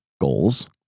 goals